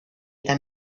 eta